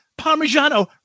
Parmigiano